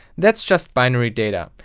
that's just binary data.